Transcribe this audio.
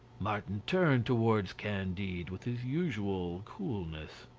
martin turned towards candide with his usual coolness.